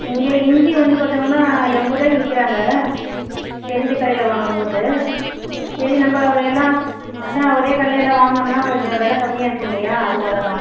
இங்கே இஞ்சி வந்து பாத்தோமுன்னா எம்பதுரூவாய்க்கு விற்கிறாங்க தெரிஞ்ச கடையில் வாங்கும்போது சரி நம்ம எல்லாம் அதான் ஒரே கடையிலேயே எல்லாம் வாங்குனோம்னா கொஞ்சம் வெலை கம்மியாக இருக்கும் இல்லையா அதுக்காகத்தான்